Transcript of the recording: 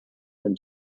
and